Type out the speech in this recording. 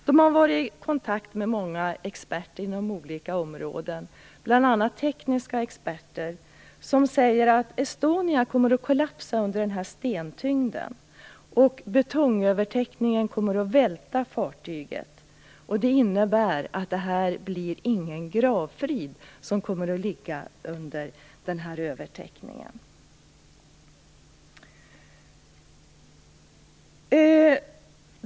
De har varit i kontakt med många experter inom olika områden, bl.a. tekniska experter, som säger att Estonia kommer att kollapsa under stentyngden och att betongövertäckningen kommer att välta fartyget. Det betyder att övertäckningen inte kommer att innebära någon gravfrid.